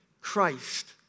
Christ